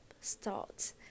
start